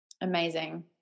Amazing